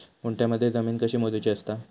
गुंठयामध्ये जमीन कशी मोजूची असता?